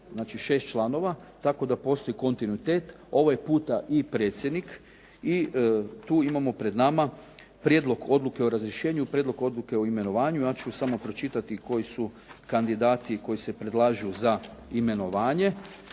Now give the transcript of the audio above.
znači 6 članova, tako da postoji kontinuitet. Ovaj puta i predsjednik i tu imamo pred nama Prijedlog Odluke o razrješenju i Prijedlog Odluke o imenovanju. Ja ću samo pročitati koji su kandidati koji se predlažu za imenovanje.